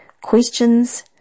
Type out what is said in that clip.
questions